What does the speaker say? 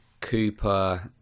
Cooper